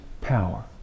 power